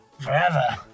Forever